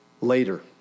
later